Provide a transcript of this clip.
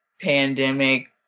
pandemic